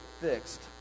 fixed